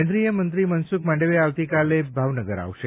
કેન્દ્રીય મંત્રી મનસુખ માંડવીયા આવતીકાલે ભાવનગર આવશે